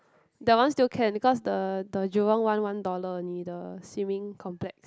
that one still can because the the Jurong one one dollar only the swimming complex